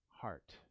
heart